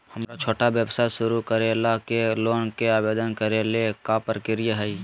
हमरा छोटा व्यवसाय शुरू करे ला के लोन के आवेदन करे ल का प्रक्रिया हई?